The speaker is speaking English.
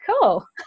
cool